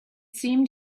seemed